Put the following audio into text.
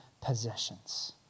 possessions